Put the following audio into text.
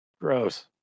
gross